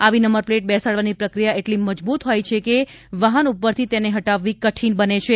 આવી number plate બેસાડવાની પ્રક્રિયા એટલી મજબુત હોય છે કે વાહન ઉપરથી તેને હટાવવી કઠીન બને છે